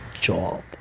job